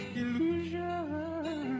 illusion